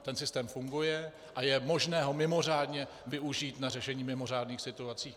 Ten systém funguje a je možné ho mimořádně využít na řešení mimořádných situací.